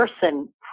person